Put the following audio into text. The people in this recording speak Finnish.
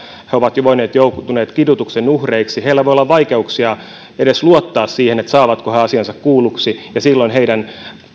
he ovat voineet joutua kidutuksen uhreiksi heillä voi olla vaikeuksia edes luottaa siihen että he saavat asiansa kuulluksi ja silloin